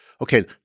okay